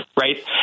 right